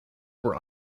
were